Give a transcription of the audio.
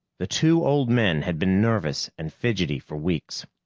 the two old men had been nervous and fidgety for weeks.